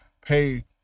pay